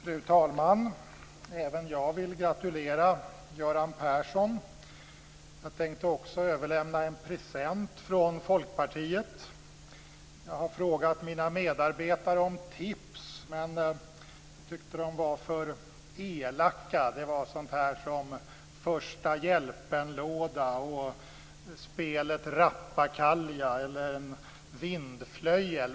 Fru talman! Även jag vill gratulera Göran Persson. Jag tänkte också överlämna en present från Folkpartiet. Jag har bett mina medarbetare om tips, men jag tyckte att de var för elaka. Det var sådant som första hjälpen-låda, spelet Rappakalja eller en vindflöjel.